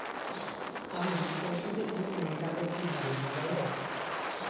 আমি ওষুধের বিল মেটাব কিভাবে মোবাইলে?